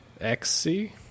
XC